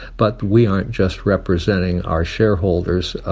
but we aren't just representing our shareholders.